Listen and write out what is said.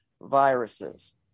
viruses